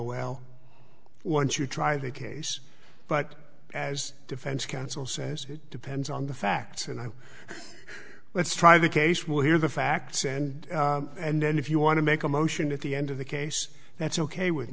well once you try the case but as defense counsel says it depends on the facts and i let's try the case we'll hear the facts and and then if you want to make a motion at the end of the case that's ok with